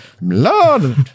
Lord